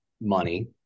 money